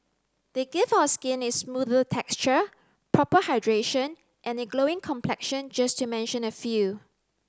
they give our skin is smoother texture proper hydration and a glowing complexion just to mention a few